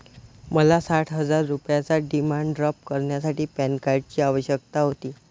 मला साठ हजार रुपयांचा डिमांड ड्राफ्ट करण्यासाठी पॅन कार्डची आवश्यकता होती